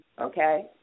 okay